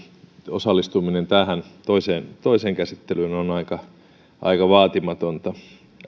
osallistuminen tähän toiseen toiseen käsittelyyn on aika aika vaatimatonta